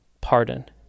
pardon